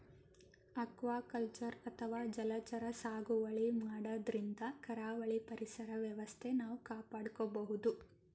aquaculture ಅಥವಾ ಜಲಚರ ಸಾಗುವಳಿ ಮಾಡದ್ರಿನ್ದ ಕರಾವಳಿ ಪರಿಸರ್ ವ್ಯವಸ್ಥೆ ನಾವ್ ಕಾಪಾಡ್ಕೊಬಹುದ್